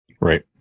Right